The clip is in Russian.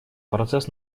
процесс